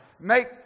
Make